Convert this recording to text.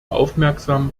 aufmerksam